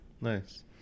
nice